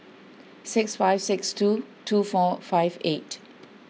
six five six two two four five eight